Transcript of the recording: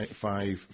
five